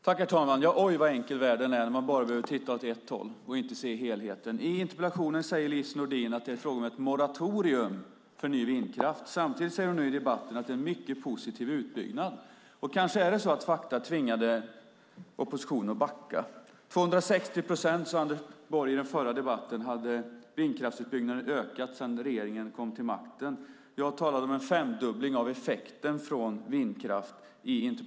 Herr talman! Oj, vad enkel världen är när man bara behöver titta åt ett håll och inte se helheten! I interpellationen säger Lise Nordin att det är fråga om ett moratorium för ny vindkraft. Samtidigt säger hon nu i debatten att det är mycket positiv utbyggnad. Kanske är det så att fakta tvingade oppositionen att backa. 260 procent sade Anders Borg i den förra debatten att vindkraftsutbyggnaden hade ökat med sedan den borgerliga regeringen kom till makten. Jag talade i interpellationssvaret om en femdubbling av effekten från vindkraft.